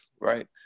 right